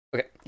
Okay